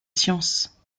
science